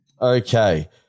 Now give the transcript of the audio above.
Okay